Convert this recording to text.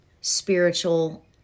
spiritual